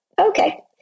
okay